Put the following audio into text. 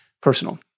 personal